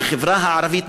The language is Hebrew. כחברה הערבית,